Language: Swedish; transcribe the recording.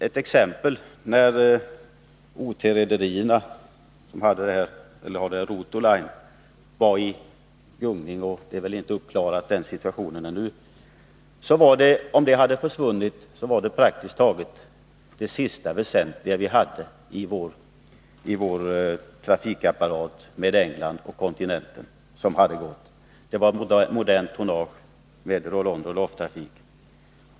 Ett exempel: O. T.-Rederierna, som har ROTO Line, har varit i gungning — situationen är väl inte uppklarad ännu. Om det företaget försvinner, försvinner praktiskt taget det sista väsentliga rederiet för våra sjötransporter till England och kontinenten. Rederiet har modernt tonnage med rollon/roll-off-trafik.